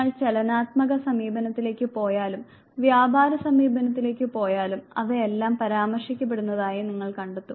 നിങ്ങൾ ചലനാത്മക സമീപനത്തിലേക്ക് പോയാലും വ്യാപാര സമീപനത്തിലേക്ക് പോയാലും അവയെല്ലാം പരാമർശിക്കപ്പെടുന്നതായി നിങ്ങൾ കണ്ടെത്തും